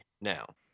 now